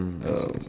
um